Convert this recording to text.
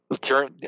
turn